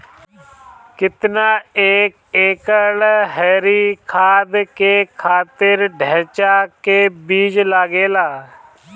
केतना एक एकड़ हरी खाद के खातिर ढैचा के बीज लागेला?